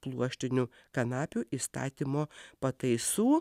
pluoštinių kanapių įstatymo pataisų